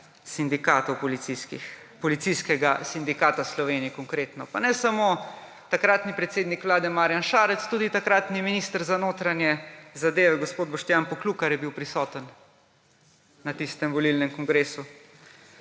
sindikatov policijskih, Policijskega sindikata Slovenije, konkretno. Pa ne samo takratni predsednik vlade Marjan Šarec, tudi takratni minister za notranje zadeve gospod Boštjan Poklukar je bil prisoten na tistem volilnem kongresu.